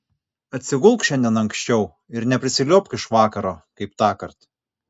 atsigulk šiandien anksčiau ir neprisiliuobk iš vakaro kaip tąkart